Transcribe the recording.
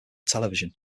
television